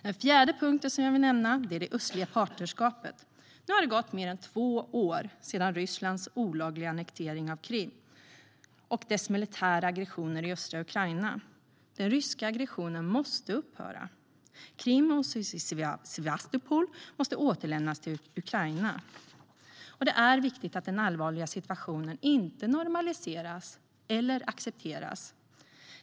Den fjärde punkt jag vill nämna är det östliga partnerskapet. Det har nu gått mer än två år sedan Rysslands olagliga annektering av Krim och dess militära aggression i östra Ukraina. Den ryska aggressionen måste upphöra. Krim och Sevastopol måste återlämnas till Ukraina. Det är viktigt att den allvarliga situationen inte normaliseras eller accepteras.